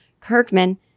Kirkman